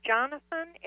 Jonathan